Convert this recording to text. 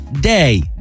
day